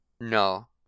No